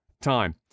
time